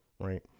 right